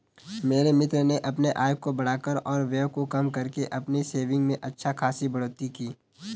मेरे मित्र ने अपने आय को बढ़ाकर और व्यय को कम करके अपनी सेविंग्स में अच्छा खासी बढ़ोत्तरी की